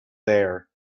there